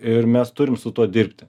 ir mes turim su tuo dirbti